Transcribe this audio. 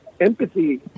Empathy